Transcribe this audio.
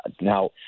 Now